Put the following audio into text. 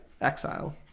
Exile